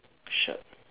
shirt